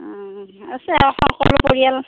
অঁ আছে অঁ সৰু পৰিয়াল